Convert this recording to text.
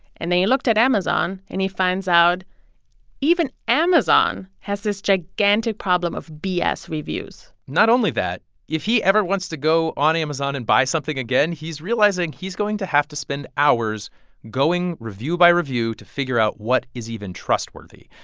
and then he looked at amazon, and he finds out even amazon has this gigantic problem of b s. reviews not only that if he ever wants to go on amazon and buy something again, he's realizing he's going to have to spend hours going review by review to figure out what is even trustworthy.